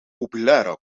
populaire